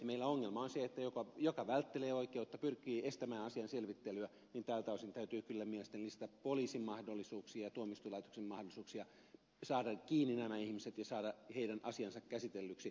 meillä ongelma on se että jos jotkut välttelevät oikeutta pyrkivät estämään asian selvittelyä niin tältä osin täytyy kyllä mielestäni lisätä poliisin ja tuomioistuinlaitoksen mahdollisuuksia saada kiinni nämä ihmiset ja saada heidän asiansa käsitellyksi